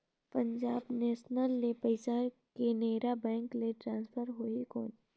Punjab national ले पइसा Canara bank मे ट्रांसफर होहि कौन?